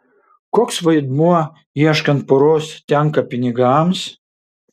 koks vaidmuo ieškant poros tenka pinigams